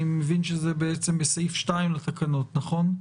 אני מבין שזה בעצם בסעיף 2 לתקנות, נכון?